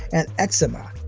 and eczema.